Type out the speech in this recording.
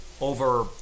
over